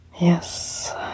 Yes